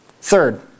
Third